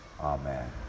Amen